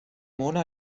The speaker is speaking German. mona